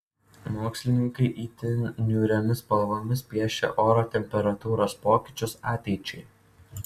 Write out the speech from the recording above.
mokslininkai itin niūriomis spalvomis piešia oro temperatūros pokyčius ateičiai